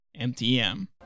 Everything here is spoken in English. MTM